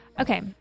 Okay